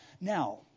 Now